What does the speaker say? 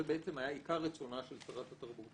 היה עיקר רצונה של שרת התרבות,